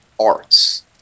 arts